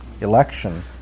election